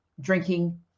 drinking